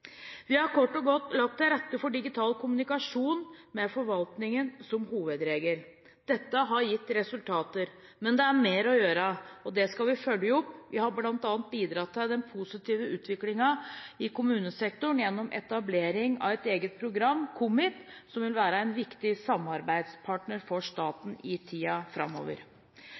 Vi har kort og godt lagt til rette for digital kommunikasjon med forvaltningen som hovedregel. Dette har gitt resultater, men det er mer å gjøre, og det skal vi følge opp. Vi har bl.a. bidratt til den positive utviklingen i kommunesektoren gjennom etablering av et eget program, KommIT, som vil være en viktig samarbeidspartner for staten i tiden framover.